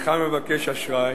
אינך מבקש אשראי